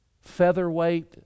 featherweight